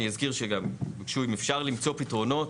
אני אזכיר שגם אם אפשר למצוא פתרונות